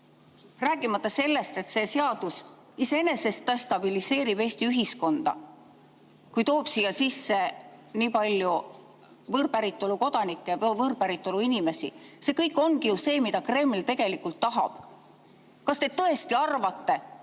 Rääkimata sellest, et see seadus iseenesest destabiliseerib Eesti ühiskonda, kui toob siia sisse nii palju võõrpäritolu kodanikke, võõrpäritolu inimesi. See kõik ongi ju see, mida Kreml tegelikult tahab. Kas te tõesti arvate, et